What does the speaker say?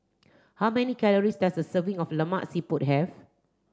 how many calories does a serving of Lemak Siput have